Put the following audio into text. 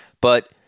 but-